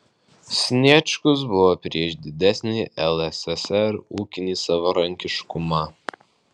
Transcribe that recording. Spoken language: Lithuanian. sniečkus buvo prieš didesnį lssr ūkinį savarankiškumą